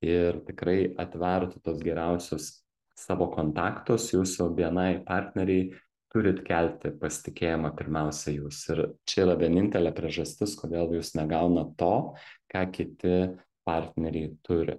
ir tikrai atvertų tuos geriausius savo kontaktus jūsų bni partneriai turit kelti pasitikėjimą pirmiausia jūs ir čia yra vienintelė priežastis kodėl jūs negaunat to ką kiti partneriai turi